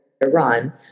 Iran